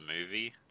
movie